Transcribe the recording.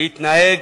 שהתנהג